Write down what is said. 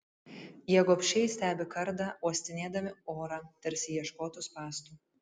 jie gobšiai stebi kardą uostinėdami orą tarsi ieškotų spąstų